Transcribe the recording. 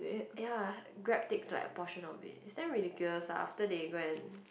ya Grab takes like a portion of it it's damn ridiculous ah after they go and